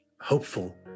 hopeful